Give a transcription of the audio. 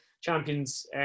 champions